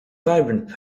vibrant